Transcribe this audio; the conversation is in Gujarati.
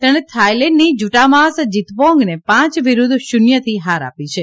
તેણે થાઇલેન્ડની જુટામાસ જીતપોંગને પાંચ વિરૂદ્ધ શૂન્યથી હાર આપી છે